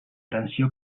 tensió